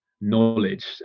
knowledge